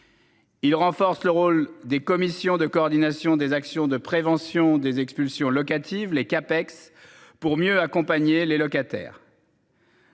Il renforce le rôle des commissions de coordination des actions de prévention des expulsions locatives les CAPEX pour mieux accompagner les locataires.